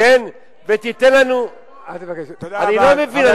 אני לא מבין,